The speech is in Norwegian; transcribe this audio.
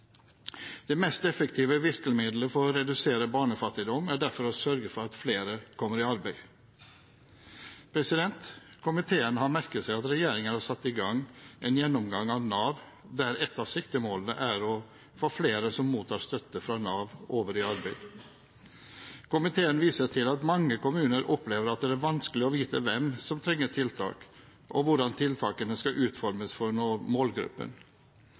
Det mest effektive virkemiddelet for å redusere barnefattigdom er derfor å sørge for at flere kommer i arbeid. Komiteen har merket seg at regjeringen har satt i gang en gjennomgang av Nav, der ett av siktemålene er å få flere av dem som mottar støtte fra Nav, over i arbeid. Komiteen viser til at mange kommuner opplever at det er vanskelig å vite hvem som trenger tiltak, og hvordan tiltakene skal utformes for å nå målgruppen.